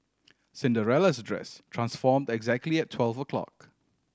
Cinderella's dress transformed exactly twelve o'clock